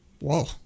Whoa